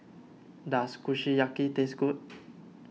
does Kushiyaki taste good